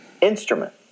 instrument